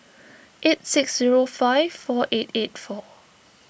eight six zero five four eight eight four